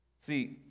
See